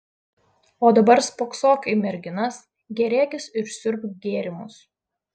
o dabar spoksok į merginas gėrėkis ir siurbk gėrimus